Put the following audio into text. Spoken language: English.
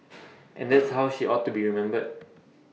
and that's how she ought to be remembered